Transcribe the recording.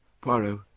Poirot